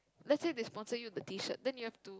let say they sponsor you the t-shirt then you have to